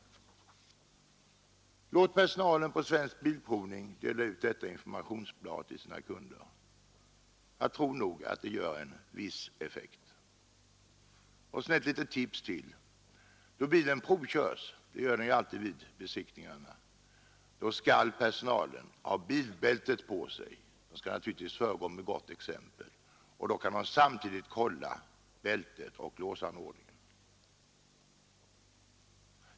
Låt personalen på Svensk bilprovning dela ut detta informationsblad till sina kunder! Jag tror att det skulle ha en ganska stor effekt. Jag har också ytterligare ett litet tips. Då bilen provkörs — det sker ju alltid vid besiktningarna skall personalen ha bilbältet på sig; de skall naturligtvis föregå med gott exempel. Då kan man samtidigt kolla bältet och låsanordningen.